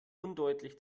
undeutlich